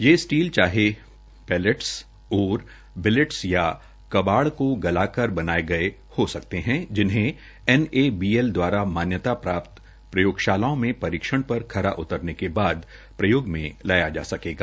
ये इस्पात चाहे पेलेट्टस् और बिलेट्स या कबाड़ को गला कर बनाये गये हो सकते है जिन्हें एनएबीएल द्वारा मान्यता प्राप्त प्रयोगशालाओं में परीक्षण पर खरा उतरने के बाद प्रयोग में लाया जा सकेगा